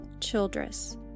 Childress